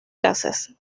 casas